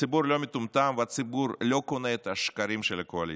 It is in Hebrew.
הציבור לא מטומטם והציבור לא קונה את השקרים של הקואליציה.